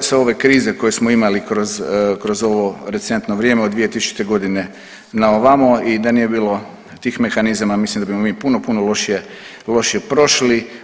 sve ove krize koje smo imali kroz ovo recentno vrijeme od 2000.g. na ovamo i mislim da nije bilo tih mehanizama mislim da bi mi puno, puno lošije prošli.